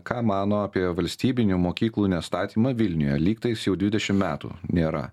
ką mano apie valstybinių mokyklų nestatymą vilniuje lygtais jau dvidešim metų nėra